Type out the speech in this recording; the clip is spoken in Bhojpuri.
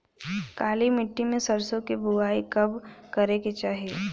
काली मिट्टी में सरसों के बुआई कब करे के चाही?